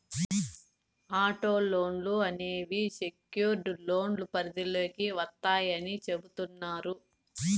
auto లోన్లు అనేవి secured లోన్ల పరిధిలోకి వత్తాయని చెబుతున్నారు